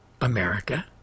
America